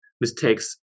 mistakes